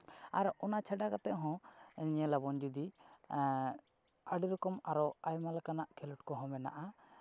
ᱟᱨ ᱚᱱᱟ ᱪᱷᱟᱰᱟ ᱠᱟᱛᱮᱫ ᱦᱚᱸ ᱧᱮᱞ ᱟᱵᱚᱱ ᱡᱩᱫᱤ ᱟᱹᱰᱤ ᱨᱚᱠᱚᱢ ᱟᱨᱚ ᱟᱭᱢᱟ ᱞᱮᱠᱟᱱᱟᱜ ᱠᱷᱮᱞᱳᱰ ᱠᱚᱦᱚᱸ ᱢᱮᱱᱟᱜᱼᱟ